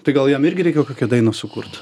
tai gal jam irgi reikia kokią dainą sukurt